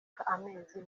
amezi